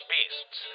Beasts